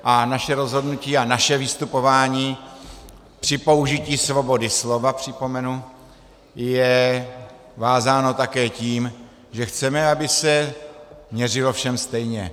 A naše rozhodnutí a naše vystupování při použití svobody slova, připomenu, je vázáno také tím, že chceme, aby se měřilo všem stejně.